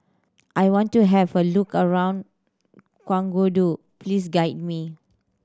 I want to have a look around Ouagadougou please guide me